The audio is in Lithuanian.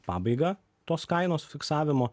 pabaigą tos kainos fiksavimo